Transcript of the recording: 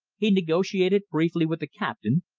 he negotiated briefly with the captain,